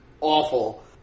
awful